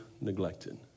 Neglected